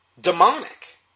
Demonic